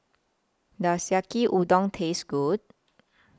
Does Yaki Udon Taste Good